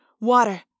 water